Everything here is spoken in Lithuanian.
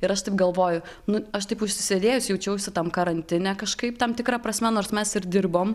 ir aš taip galvoju nu aš taip užsisėdėjus jaučiausi tam karantine kažkaip tam tikra prasme nors mes ir dirbom